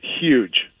Huge